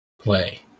Play